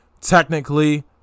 Technically